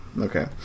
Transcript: Okay